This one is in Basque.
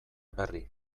berri